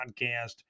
podcast